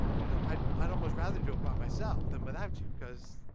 you know, i'd i'd almost rather do it by myself, than without you, cause,